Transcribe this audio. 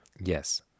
Yes